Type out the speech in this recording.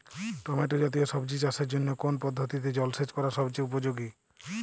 Tomato জাতীয় সবজি চাষের জন্য কোন পদ্ধতিতে জলসেচ করা সবচেয়ে উপযোগী?